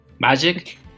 Magic